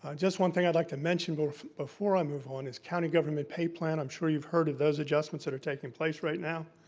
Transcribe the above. um just one thing i'd like to mention but before i move on is county government pay plan, i'm sure you've heard of those adjustments that are taking place right now.